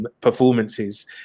performances